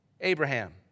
Abraham